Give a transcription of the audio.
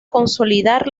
consolidar